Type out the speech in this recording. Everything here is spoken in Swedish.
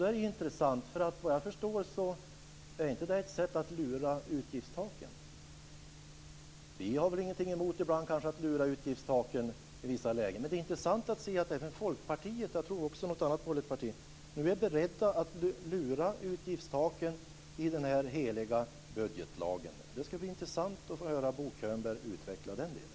Det är intressant, för vad jag förstår är detta ett sätt att lura utgiftstaken. Vi har väl ingenting emot att lura utgiftstaken i vissa lägen, men det är intressant att se att även Folkpartiet - och jag tror också något annat borgerligt parti - nu är beredda att lura utgiftstaken i den heliga budgetlagen. Det ska bli intressant att få höra Bo Könberg utveckla den delen.